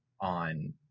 on